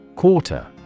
Quarter